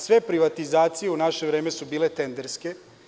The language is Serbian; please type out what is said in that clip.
Sve privatizacije u naše vreme su bile tenderske.